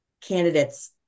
candidates